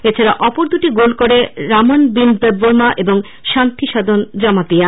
এছাড়া অপর দুটি গোল করে রামনবীন দেববর্মা ও শান্তিসাধন জমাতিয়া